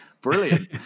Brilliant